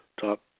top